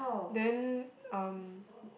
then um